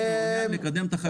אני מעוניין לקדם את החקלאות.